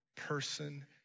Person